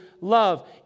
love